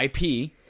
IP